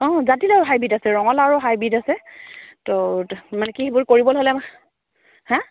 অঁ জাতিলাও হাইব্ৰ্ৰীড আছে ৰঙালাওৰো হাইব্ৰ্ৰীড আছে তো মানে কিবোৰ কৰিবলে হ'লে হা